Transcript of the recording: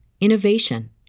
innovation